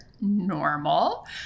normal